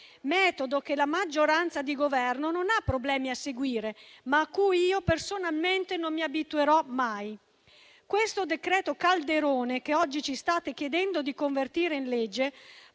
metodo che la maggioranza di Governo non ha problemi a seguire, ma a cui io personalmente non mi abituerò mai. Questo decreto calderone, che oggi ci state chiedendo di convertire in legge,